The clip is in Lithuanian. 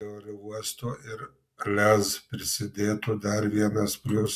prie aerouosto ir lez prisidėtų dar vienas pliusas